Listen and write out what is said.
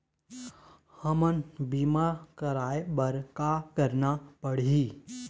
हमन बीमा कराये बर का करना पड़ही?